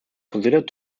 considered